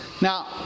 now